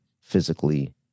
physically